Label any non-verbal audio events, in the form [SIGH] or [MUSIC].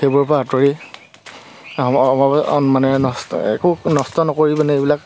সেইবোৰৰ পৰা আঁতৰি [UNINTELLIGIBLE] মানে নষ্ট একো নষ্ট নকৰি মানে এইবিলাক